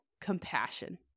compassion